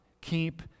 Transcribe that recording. keep